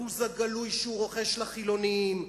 הבוז הגלוי שהוא רוחש לחילונים,